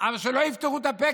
אבל שלא יפתחו את הפה,